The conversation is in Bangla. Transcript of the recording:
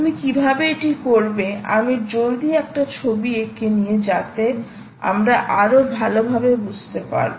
তুমি কীভাবে এটি করবে আমি জলদি একটা ছবি এঁকে নিয়ে যাতে আমরা আরো ভালোভাবে বুঝতে পারব